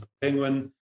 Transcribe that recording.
penguin